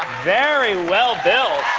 very well built.